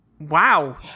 Wow